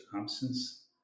absence